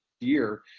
year